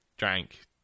drank